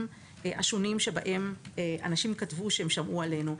השונים שבהם אנשים כתבו שהם שמעו עלינו.